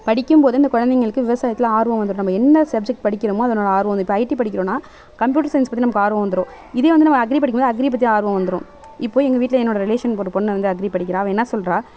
படிக்கும்போது இந்த குழந்தைகளுக்கு விவசாயத்தில் ஆர்வம் வந்துடுது நம்ம என்ன சப்ஜெக்ட் படிக்கிறோமோ அதனோடய ஆர்வம் வந்துடுது இப்போ ஐடி படிக்கிறோனால் கம்ப்யூட்டர் சயின்ஸ் பற்றி நமக்கு ஆர்வம் வந்துடும் இதுவே வந்து நம்ம அக்ரி படிக்கும்போது அக்ரி பற்றி ஆர்வம் வந்துடும் இப்போது எங்கள் வீட்டில் என்னோடய ரிலேஷன் ஒரு பொண்ணு வந்து அக்ரி படிக்கிறாள் அவள் என்ன சொல்கிறா